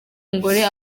umugore